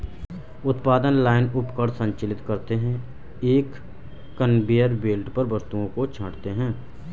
उत्पादन लाइन उपकरण संचालित करते हैं, एक कन्वेयर बेल्ट पर वस्तुओं को छांटते हैं